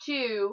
Two